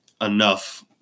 enough